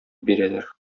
бирәләр